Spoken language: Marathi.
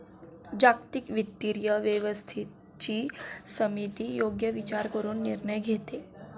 जागतिक वित्तीय व्यवस्थेची समिती योग्य विचार करून निर्णय घेते